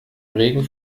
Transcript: regen